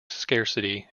scarcity